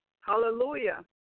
Hallelujah